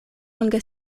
longe